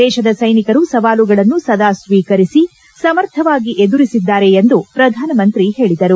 ದೇಶದ ಸ್ತೆನಿಕರು ಸವಾಲುಗಳನ್ನು ಸದಾ ಸ್ವೀಕರಿಸಿ ಸಮರ್ಥವಾಗಿ ಎದುರಿಸಿದ್ದಾರೆ ಎಂದು ಪ್ರಧಾನಮಂತ್ರಿ ಹೇಳದರು